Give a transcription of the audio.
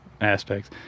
aspects